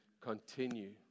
continue